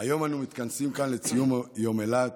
היום אנו מתכנסים פה לציון יום אילת.